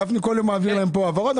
גפני כל יום מעביר להם פה העברות,